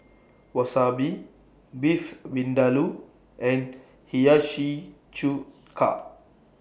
Wasabi Beef Vindaloo and Hiyashi Chuka